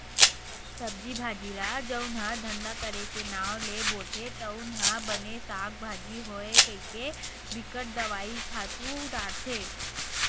सब्जी भाजी ल जउन ह धंधा करे के नांव ले बोथे तउन ह बने साग भाजी होवय कहिके बिकट दवई, खातू डारथे